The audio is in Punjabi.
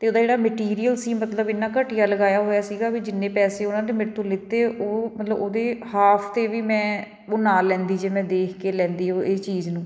ਅਤੇ ਉਹਦਾ ਜਿਹੜਾ ਮਟੀਰੀਅਲ ਸੀ ਮਤਲਬ ਇੰਨਾ ਘਟੀਆ ਲਗਾਇਆ ਹੋਇਆ ਸੀਗਾ ਵੀ ਜਿੰਨੇ ਪੈਸੇ ਉਹਨਾਂ ਦੇ ਮੇਰੇ ਤੋਂ ਲਿੱਤੇ ਉਹ ਮਤਲਬ ਉਹਦੇ ਹਾਫ 'ਤੇ ਵੀ ਮੈਂ ਬੁਣਾ ਲੈਂਦੀ ਜੇ ਮੈਂ ਦੇਖ ਕੇ ਲੈਂਦੀ ਉਹ ਇਹ ਚੀਜ਼ ਨੂੰ